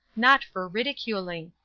not for ridiculing.